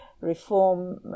reform